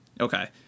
Okay